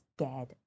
scared